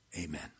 Amen